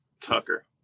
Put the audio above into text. Tucker